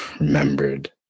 remembered